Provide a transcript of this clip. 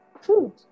Food